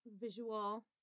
visual